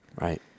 right